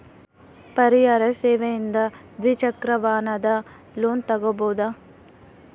ಪರ್ಯಾಯ ಸೇವೆಯಿಂದ ದ್ವಿಚಕ್ರ ವಾಹನದ ಲೋನ್ ತಗೋಬಹುದಾ?